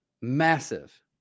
massive